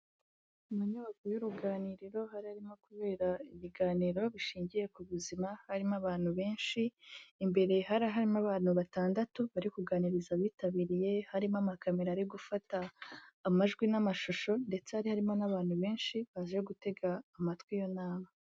Mu nyubako y'uruganiriro harimo kubera ibiganiro bishingiye ku buzima harimo abantu benshi, imbere hari harimo abantu batandatu bari kuganiriza abitabiriye, harimo ama kamera ari gufata amajwi n'amashusho, ndetse hari harimo n'abantu benshi bazi gutega amatwi y'iyo nama.